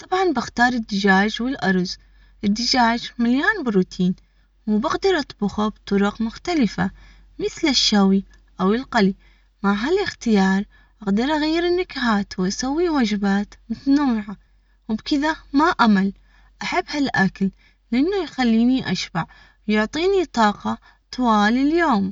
طبعا بختار الدجاج والأرز الدجاج مليان بروتين، وبقدر أطبخه بطرق مختلفة مثل الشوي أو القلي مع هالإختيار أقدر أغير النكهات وأسوي وجبات متنوعة، وبكذا ما أمل أحب هالأكل لانو.